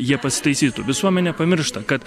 jie pasitaisytų visuomenė pamiršta kad